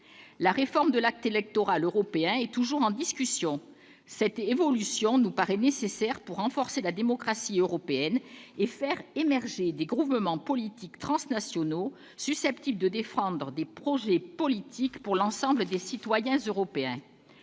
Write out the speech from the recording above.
La réforme de l'acte électoral européen est toujours en discussion et cette évolution nous paraît nécessaire pour renforcer la démocratie européenne et faire émerger des groupements politiques transnationaux, susceptibles de défendre des projets politiques pour l'ensemble des citoyens européens.